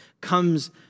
comes